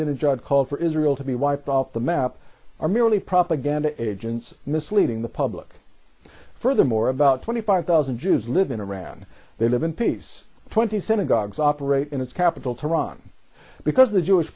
didn't just call for israel to be wiped off the map are merely propaganda agents misleading the public furthermore about twenty five thousand jews live in iran they live in peace twenty synagogues operate in its capital tehran because the jewish